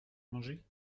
manger